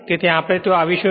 તેથી આપણે ત્યાં આવીશું